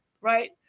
right